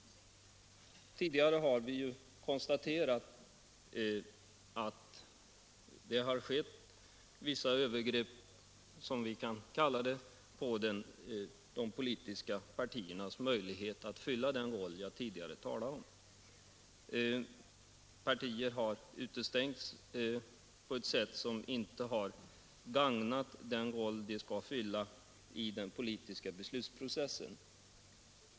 Tidigare har vi konstaterat att det har skett vissa övergrepp, som vi kan kalla det, på de politiska partiernas möjlighet att fylla den uppgift jag tidigare talade om. Partier har utestängts på ett sätt som inte har gagnat den roll de skall spela i den politiska beslutsprocessen.